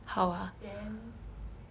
then